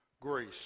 grace